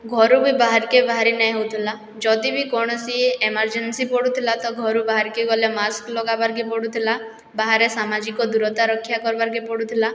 ଘରୁ ବି ବାହାରେକେ ବାହାରି ନେହିଁ ହଉଥିଲା ଯଦି ବି କୌଣସି ଏମରଜେନ୍ସି ପଡ଼ୁଥିଲା ତ ଘରୁ ବାହାରକେ ଗଲେ ମାକ୍ସ୍ ଲଗାବାର୍ କେ ପଡ଼ୁଥିଲା ବାହାରେ ସାମାଜିକ ଦୂରତା ରକ୍ଷା କର୍ବାର୍କେ ପଡ଼ୁଥିଲା